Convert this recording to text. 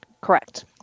Correct